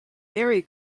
berry